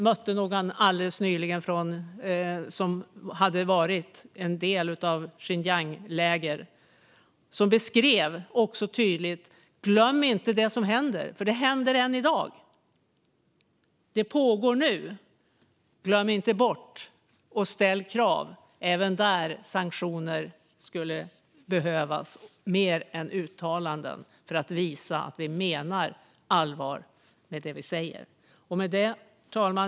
Jag mötte alldeles nyligen någon som hade varit en del i ett läger i Xinjiang och som tydligt beskrev det och sa: Glöm inte det som händer. Det händer än i dag. Det pågår nu. Glöm inte bort. Och ställ krav! Även där skulle sanktioner behövas mer än uttalanden för att visa att vi menar allvar med det vi säger. Herr talman!